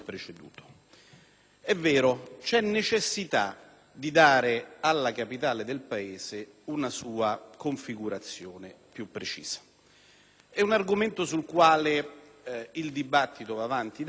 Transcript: È vero, vi è necessità di dare alla capitale del Paese una sua configurazione più precisa; è un argomento sul quale il dibattito va avanti da anni: